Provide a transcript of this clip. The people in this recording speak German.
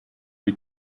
die